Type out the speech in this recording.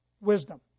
wisdom